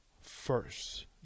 first